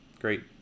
Great